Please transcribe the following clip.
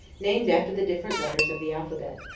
named after the different letters of the alphabet.